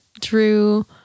Drew